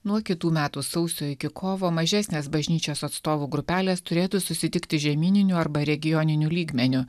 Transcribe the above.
nuo kitų metų sausio iki kovo mažesnės bažnyčios atstovų grupelės turėtų susitikti žemyninių arba regioniniu lygmeniu